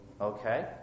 okay